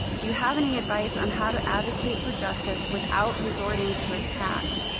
do you have any advice on how to advocate for justice without resorting to attacks?